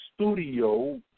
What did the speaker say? studio